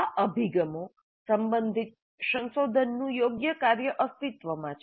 આ અભિગમો સંબંધિત સંશોધનનું યોગ્ય કાર્ય અસ્તિત્વમાં છે